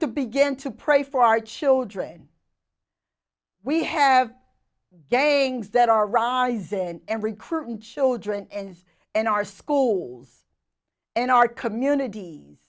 to begin to pray for our children we have gangs that are rising and recruiting children and is in our schools and our communities